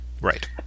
Right